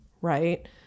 right